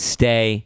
Stay